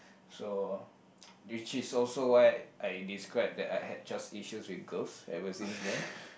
so which is also why I described that I had trust issues with girls ever since then